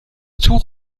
tuch